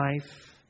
life